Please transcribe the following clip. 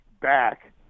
back